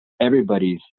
everybody's